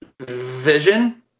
Vision